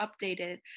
updated